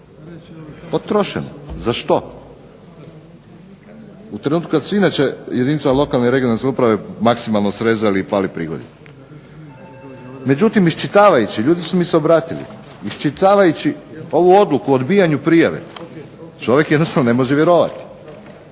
potrošeno. Za što? U trenutku kad su inače jedinicama lokalne i regionalne samouprave maksimalno srezali i pali prihodi. Međutim iščitavajući, ljudi su mi se obratili, iščitavajući ovu odluku o odbijanju prijave čovjek jednostavno ne može vjerovati,